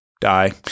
die